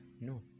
No